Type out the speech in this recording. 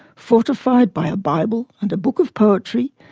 fortified by a bible and a book of poetry,